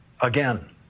Again